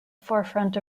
forefront